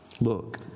look